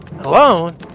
Alone